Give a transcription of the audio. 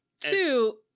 Two